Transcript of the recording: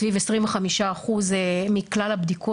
סביב 25% מכלל הבדיקות.